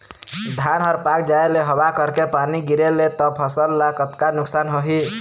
धान हर पाक जाय ले हवा करके पानी गिरे ले त फसल ला कतका नुकसान होही?